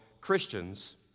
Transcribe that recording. Christians